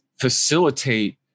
facilitate